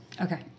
Okay